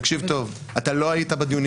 תקשיב טוב, אתה לא היית בדיונים האלה.